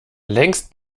längst